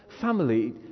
family